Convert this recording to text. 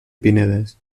pinedes